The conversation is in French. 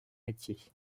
métiers